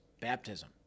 baptism